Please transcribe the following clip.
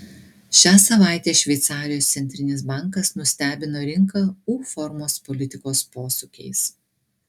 šią savaitę šveicarijos centrinis bankas nustebino rinką u formos politikos posūkiais